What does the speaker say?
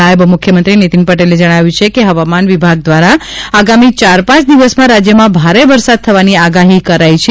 નાયબ મુખ્યમંત્રી નીતિન પટેલે જણાવ્યું કે હવામાન વિભાગ દ્વારા આગામી ચાર પાંચ દિવસમાં રાજ્યમાં ભારે વરસાદ થવાની આગાહી કરાઈ છે